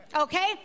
okay